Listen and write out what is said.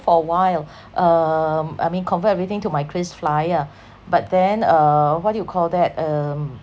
for a while um I mean convert everything to my KrisFlyer but then uh what do you call that um